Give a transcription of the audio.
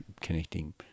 connecting